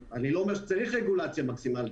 אני לא אומר שצריך רגולציה מקסימלית,